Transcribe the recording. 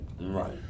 right